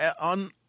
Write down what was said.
on